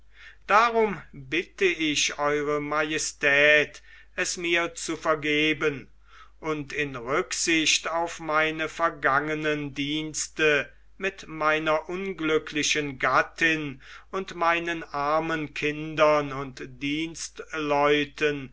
darum bitte ich ew majestät es mir zu vergeben und rücksicht auf meine vergangenen dienste mit meiner unglücklichen gattin und meinen armen kindern und